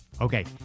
Okay